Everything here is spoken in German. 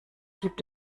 gibt